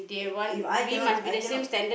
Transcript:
if I cannot I cannot